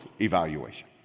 evaluation